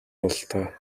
бололтой